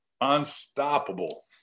unstoppable